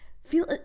feel